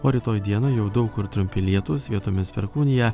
o rytoj dieną jau daug kur trumpi lietūs vietomis perkūnija